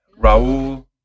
Raul